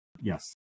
yes